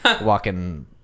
walking